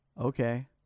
Okay